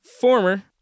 former